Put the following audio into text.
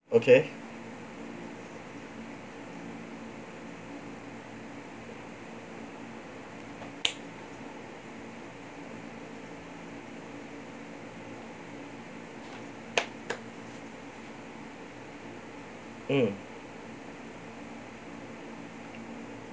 okay mm